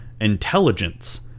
intelligence